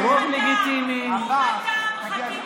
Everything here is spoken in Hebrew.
איך אמרת?